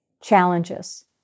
challenges